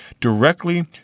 directly